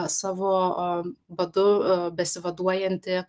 savo badu besivaduojantį